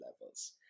levels